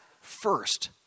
first